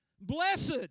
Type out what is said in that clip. Blessed